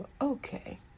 okay